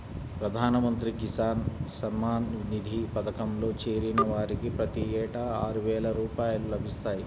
ప్రధాన మంత్రి కిసాన్ సమ్మాన్ నిధి పథకంలో చేరిన వారికి ప్రతి ఏటా ఆరువేల రూపాయలు లభిస్తాయి